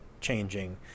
changing